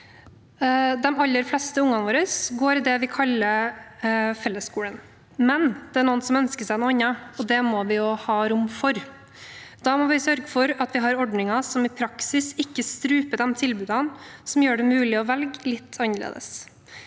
De aller fleste ungene våre går i det vi kaller fellesskolen, men det er noen som ønsker seg noe annet, og det må vi ha rom for. Da må vi sørge for at vi har ordninger som i praksis ikke struper de tilbudene som gjør det mulig å velge litt annerledes.